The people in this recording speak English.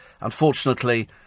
unfortunately